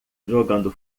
jogando